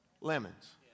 lemons